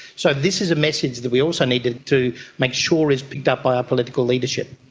so this is a message that we also need to to make sure is picked up by our political leadership.